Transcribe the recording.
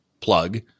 plug